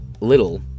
Little